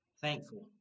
thankful